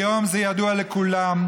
היום זה ידוע לכולם,